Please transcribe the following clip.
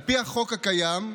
על פי החוק הקיים,